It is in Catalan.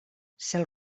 cel